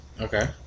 Okay